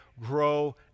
grow